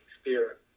Spirit